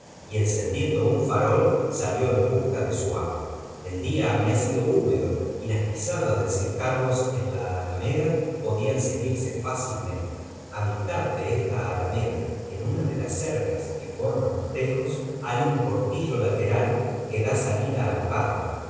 y encendiendo un farol sahó en busca de su amo el día había sido húy las pisadas de sir carlos en la alameda podían seguirse fácilmente a mitad de esta aldmeda en una de las cercas que forman los tejos hay un portillo lateral que da salida al páramo